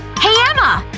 hey, emma!